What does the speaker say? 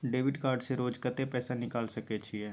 Debit card से रोज कत्ते पैसा निकाल सके छिये?